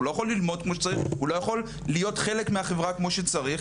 הוא לא יכול ללמוד כמו שצריך,